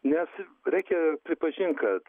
nes reikia pripažint kad